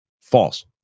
false